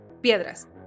piedras